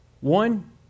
One